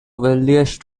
wealthiest